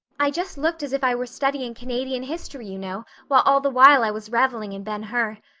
i just looked as if i were studying canadian history, you know, while all the while i was reveling in ben hur.